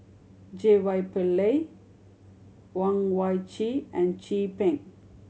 J Y Pillay Owyang Chi and Chin Peng